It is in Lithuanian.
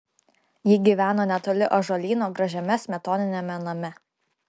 ji gyveno netoli ąžuolyno gražiame smetoniniame name